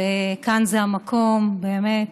וכאן זה המקום, באמת,